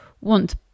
want